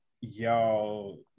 y'all